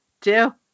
two